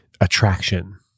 attraction